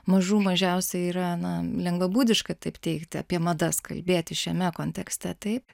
mažų mažiausia yra na lengvabūdiška taip teigti apie madas kalbėti šiame kontekste taip